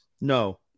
No